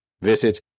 Visit